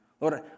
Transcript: Lord